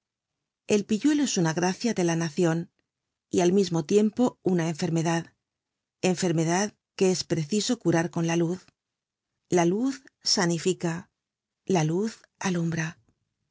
el pilluelo es una gracia de la nacion y al mismo tiempo una enfermedad enfermedad que es preciso curar con la luz la luz sanifica la luz alumbra